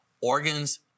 organs